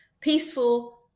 peaceful